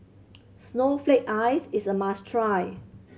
snowflake ice is a must try